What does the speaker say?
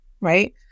right